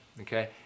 okay